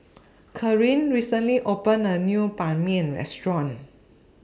Caryn recently opened A New Ban Mian Restaurant